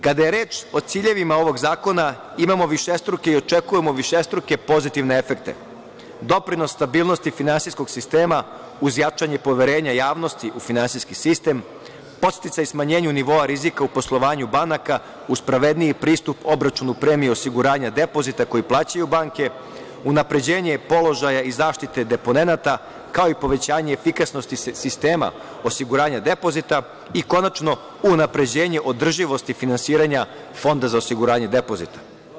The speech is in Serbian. Kada je reč o ciljevima ovog zakona, imamo višestruke i očekujemo višestruke pozitivne efekte, doprinos stabilnosti finansijskog sistema uz jačanje poverenja javnosti u finansijski sistem, podsticaj smanjenju nivoa rizika u poslovanju banaka uz pravedniji pristup obračuna premije osiguranja depozita koji plaćaju banke, unapređenje položaja i zaštite deponenata, kao i povećanje efikasnosti sistema osiguranja depozita i konačno, unapređenje održivosti finansiranja Fonda za osiguranje depozita.